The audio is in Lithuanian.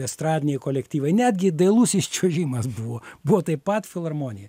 estradiniai kolektyvai netgi dailusis čiuožimas buvo buvo taip pat filharmonija